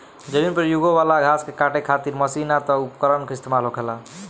जमीन पर यूगे वाला घास के काटे खातिर मशीन ना त उपकरण इस्तेमाल होखेला